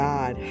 God